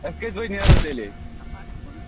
أسۍ کٔژِ بج نیرو تیٚلہِ ییٚتہِ